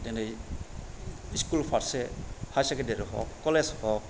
दोनै स्कुल फारसे higher secondary हग कलेज हग